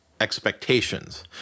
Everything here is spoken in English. expectations